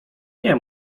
nie